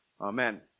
Amen